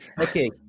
Okay